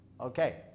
Okay